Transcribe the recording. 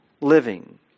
living